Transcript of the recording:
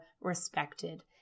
respected